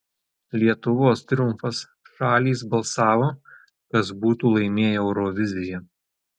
lietuvos triumfas šalys balsavo kas būtų laimėję euroviziją